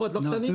לא חסרים עופות.